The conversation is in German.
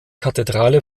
kathedrale